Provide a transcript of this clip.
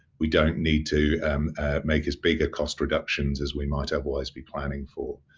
we don't need to make as big a cost reductions as we might otherwise be planning for.